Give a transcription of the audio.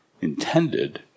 intended